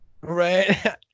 right